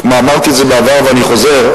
כבר אמרתי את זה בעבר ואני חוזר,